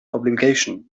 obligation